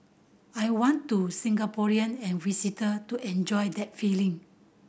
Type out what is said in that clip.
I want to Singaporean and visitor to enjoy that feeling